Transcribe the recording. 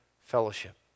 fellowship